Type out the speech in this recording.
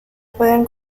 pueden